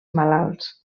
malalts